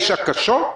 יש הקשות?